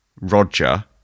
Roger